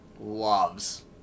loves